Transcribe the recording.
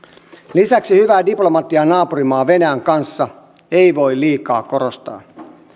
lisäksi hyvää diplomatiaa naapurimaa venäjän kanssa ei voi liikaa korostaa